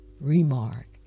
remark